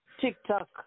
TikTok